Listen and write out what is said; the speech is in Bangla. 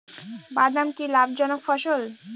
বাদাম কি লাভ জনক ফসল?